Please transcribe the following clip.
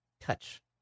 touch